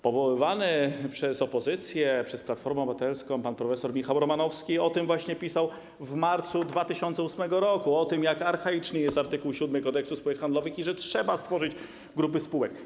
Przywoływany przez opozycję, przez Platformę Obywatelską pan prof. Michał Romanowski o tym właśnie pisał w marcu 2008 r., o tym, jak archaiczny jest art. 7 Kodeksu spółek handlowych i że trzeba stworzyć grupy spółek.